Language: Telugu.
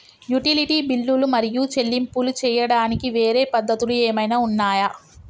యుటిలిటీ బిల్లులు మరియు చెల్లింపులు చేయడానికి వేరే పద్ధతులు ఏమైనా ఉన్నాయా?